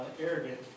arrogant